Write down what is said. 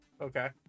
Okay